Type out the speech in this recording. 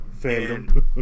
fandom